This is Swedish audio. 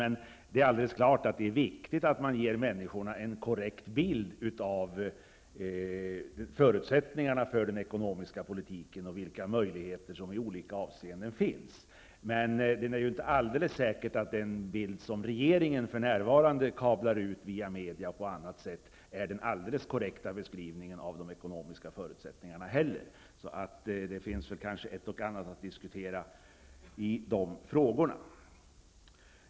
Men det är naturligtvis viktigt att man ger människorna en korrekt bild av förutsättningarna för den ekonomiska politiken och av de möjligheter som i olika avseenden finns. Det är ju inte alldeles säkert att den bild som regeringen för närvarande kablar ut via media och på annat sätt är den alldeles korrekta beskrivningen av de ekonomiska förutsättningarna. Det finns nog ett och annat att diskutera när det gäller dessa frågor. Herr talman!